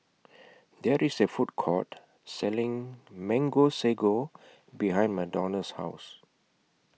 There IS A Food Court Selling Mango Sago behind Madonna's House